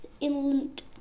Inland